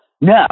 No